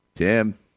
Tim